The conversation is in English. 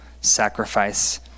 sacrifice